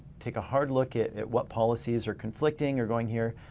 take a hard look at at what policies are conflicting or going here.